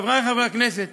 חברי חברי הכנסת,